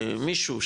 שמישהו,